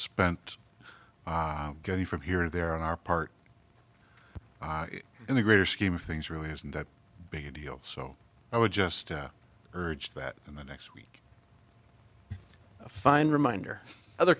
spent getting from here to there on our part in the greater scheme of things really isn't that big a deal so i would just urge that in the next week fine reminder other